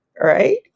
right